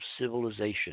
civilization